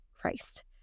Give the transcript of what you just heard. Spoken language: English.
Christ